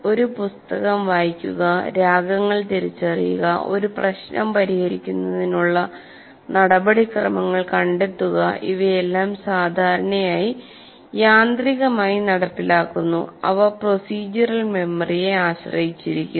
ഒരു പുസ്തകം വായിക്കുക രാഗങ്ങൾ തിരിച്ചറിയുക ഒരു പ്രശ്നം പരിഹരിക്കുന്നതിനുള്ള നടപടിക്രമങ്ങൾ കണ്ടെത്തുക ഇവയെല്ലാം സാധാരണയായി യാന്ത്രികമായി നടപ്പിലാക്കുന്നു അവ പ്രോസിജ്വറൽ മെമ്മറിയെ ആശ്രയിച്ചിരിക്കുന്നു